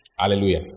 Hallelujah